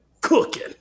cooking